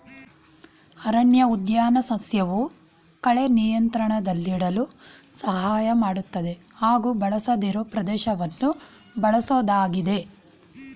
ಅರಣ್ಯಉದ್ಯಾನ ಸಸ್ಯವು ಕಳೆ ನಿಯಂತ್ರಣದಲ್ಲಿಡಲು ಸಹಾಯ ಮಾಡ್ತದೆ ಹಾಗೂ ಬಳಸದಿರೋ ಪ್ರದೇಶವನ್ನ ಬಳಸೋದಾಗಿದೆ